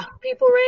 people